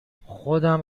خودم